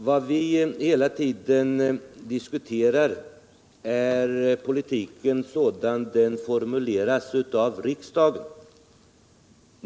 Vad vi hela tiden diskuterar är politiken sådan den formuleras av riksdagen.